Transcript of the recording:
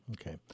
Okay